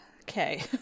Okay